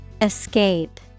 Escape